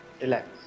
Relax